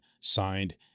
signed